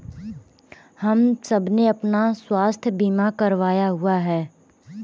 हम सबने अपना स्वास्थ्य बीमा करवाया हुआ है